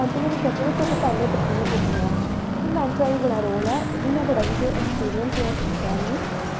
मतलब अख़वारे कोला ज्यादा समझ आई जंदी ऐ बुड्ढे गी बी ते ताइयें इस समें असें